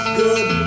good